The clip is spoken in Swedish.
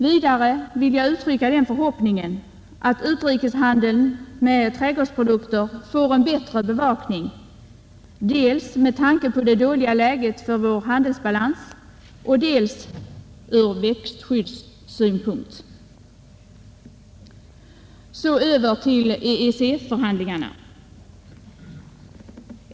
Jag vill också uttrycka den förhoppningen att utrikeshandeln med trädgårdsprodukter får en bättre bevakning, dels med tanke på det dåliga läget för vår handelsbalans, dels från växtskyddsynpunkt. Härefter skall jag gå över till EEC-förhandlingarna.